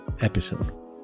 episode